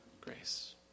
grace